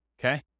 okay